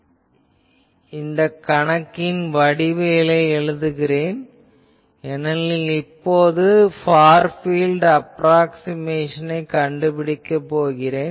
ஆகவே நான் இந்த கணக்கின் வடிவியலை எழுதுகிறேன் ஏனெனில் நான் இப்போது ஃபார் பீல்ட் அப்ராக்ஸிமேஷனைக் கண்டுபிடிக்கப் போகிறேன்